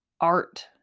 art